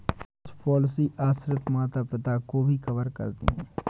कुछ पॉलिसी आश्रित माता पिता को भी कवर करती है